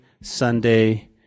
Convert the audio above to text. Sunday